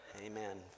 Amen